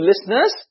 listeners